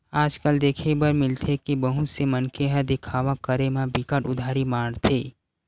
आज कल देखे बर मिलथे के बहुत से मनखे ह देखावा करे म बिकट उदारी मारथे